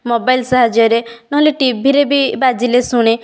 mobile ସାହାଯ୍ୟରେ ନ ହେଲେ ଟିଭିରେ ବି ବାଜିଲେ ଶୁଣେ